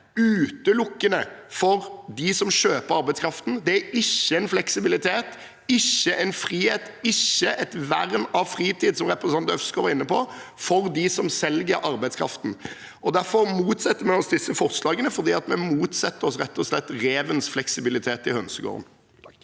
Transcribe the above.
utelukkende for dem som kjøper arbeidskraften. Det er ikke en fleksibilitet, ikke en frihet og ikke et vern av fritid – som representanten Øvstegård var inne på – for dem som selger arbeidskraften. Derfor motsetter vi oss disse forslagene, for vi motsetter oss rett og slett revens fleksibilitet i hønsegården.